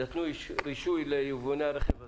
נתנו רישוי ליבואני הרכב הזעירים,